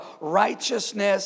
righteousness